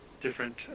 different